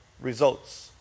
results